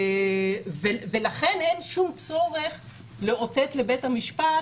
ולכן אין שום צורך לאותת לבית המשפט